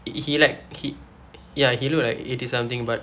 he like he ya he look like eighty something but